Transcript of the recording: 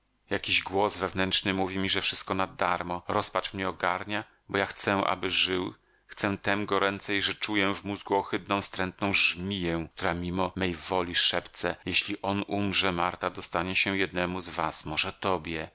jakiś głos wewnętrzny mówi mi że wszystko nadarmo rozpacz mnie ogarnia bo ja chcę aby żył chcę tem goręcej że czuję w mózgu ohydną wstrętną żmiję która mimo mej woli szepce jeśli on umrze marta dostanie się jednemu z was może tobie